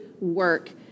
work